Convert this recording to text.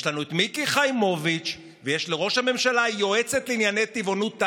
יש לנו את מיקי חיימוביץ' ויש לראש הממשלה יועצת לענייני טבעונות,